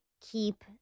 keep